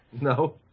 no